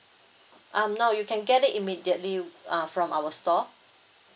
um no you can get it immediately uh from our store